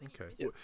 Okay